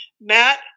Matt –